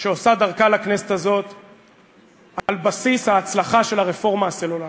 שעושה כעת דרכה לכנסת הזאת על בסיס ההצלחה של הרפורמה הסלולרית.